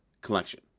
collection